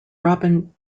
robin